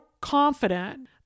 confident